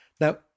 Now